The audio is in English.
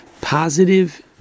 positive